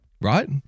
Right